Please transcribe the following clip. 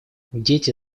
дети